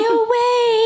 away